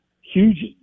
huge